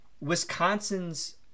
Wisconsin's